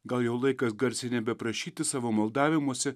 gal jau laikas garsiai nebeprašyti savo maldavimuose